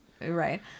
right